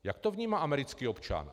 Jak to vnímá americký občan?